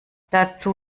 dazu